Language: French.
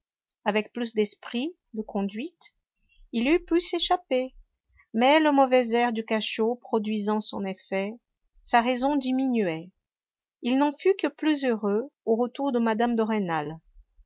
avec plus d'esprit de conduite il eût pu s'échapper mais le mauvais air du cachot produisant son effet sa raison diminuait il n'en fut que plus heureux au retour de mme de rênal